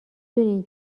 دونین